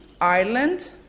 Ireland